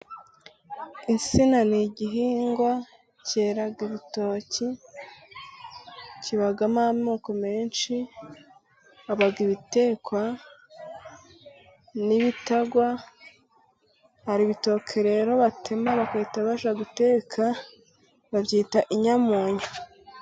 Insina ni igihingwa cyera urutoki kibamo amoko menshi, haba ibitegwa n'ibitagwa hari ibitoke rero batema, bahita bajya guteka babyita inyamunyu.